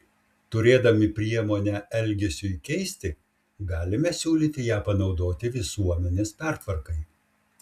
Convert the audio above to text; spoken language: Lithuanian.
turėdami priemonę elgesiui keisti galime siūlyti ją panaudoti visuomenės pertvarkai